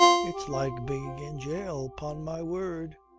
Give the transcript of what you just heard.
it's like being in jail pon my word.